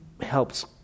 helps